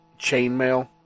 chainmail